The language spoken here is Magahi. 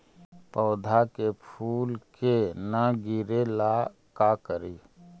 पौधा के फुल के न गिरे ला का करि?